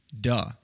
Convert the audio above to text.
duh